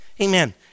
amen